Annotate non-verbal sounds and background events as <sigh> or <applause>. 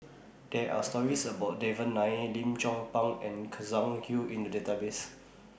There Are stories about Devan Nair Lim Chong Pang and <unintelligible> Hui in The Database